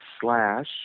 slash